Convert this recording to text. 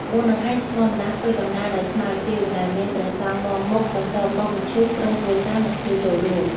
ក្បួនដង្ហែជាធម្មតាធ្វើដំណើរដោយថ្មើរជើង ដោយមានព្រះសង្ឃនាំមុខ បន្ទាប់មកមឈូស ក្រុមគ្រួសារ និងភ្ញៀវចូលរួម។